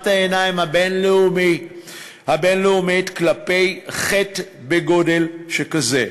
העיניים הבין-לאומית כלפי חטא גדול שכזה.